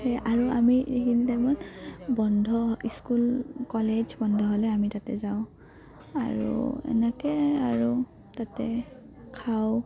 সেই আৰু আমি এইখিনি টাইমত বন্ধ স্কুল কলেজ বন্ধ হ'লে আমি তাতে যাওঁ আৰু এনেকৈ আৰু তাতে খাওঁ